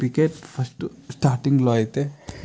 cricket first స్టార్టింగ్లో అయితే